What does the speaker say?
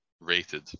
rated